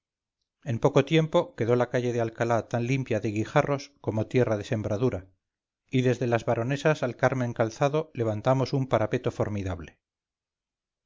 en poco tiempo quedóla calle de alcalá tan limpia de guijarros como tierra de sembradura y desde las baronesas al carmen calzado levantamos un parapeto formidable